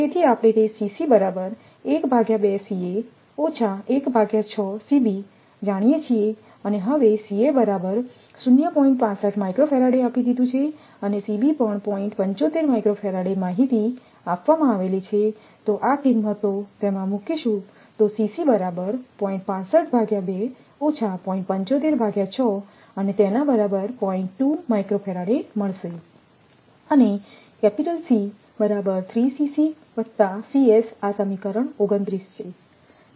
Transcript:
તેથી આપણે તે જાણીએ છીએ હવે બરાબર આપી દીધું છે પણ માહિતી આપવામાં આવેલ છે તેથી અને આ સમીકરણ 29 છે